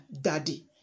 daddy